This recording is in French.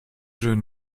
jeune